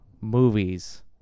movies